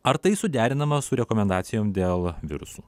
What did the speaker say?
ar tai suderinama su rekomendacijom dėl virusų